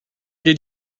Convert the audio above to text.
did